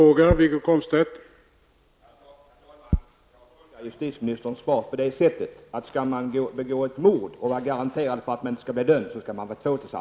Herr talman! Jag tolkar justitieministerns svar så, att man, om man skall begå ett mord och gardera sig för att inte bli dömd, inte skall vara ensam.